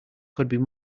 could